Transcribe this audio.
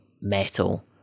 metal